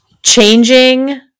Changing